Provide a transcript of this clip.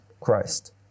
Christ